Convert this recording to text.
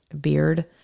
beard